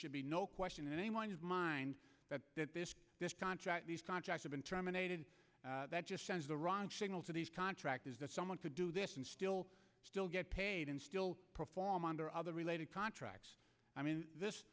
should be no question in anyone's mind that this contract these contracts have been terminated that just sends the wrong signal to these contractors that someone could do this and still still get paid and still perform under other related contracts i mean this